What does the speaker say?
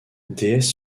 déesse